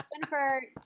Jennifer